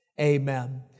Amen